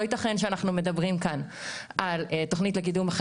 לא ייתכן שאנחנו מדברים כאן על תוכנית לקידום הבריאות